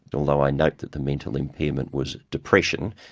but although i note that the mental impairment was depression.